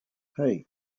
hey